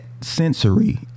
sensory